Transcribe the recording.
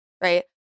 Right